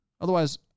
Otherwise